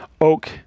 Oak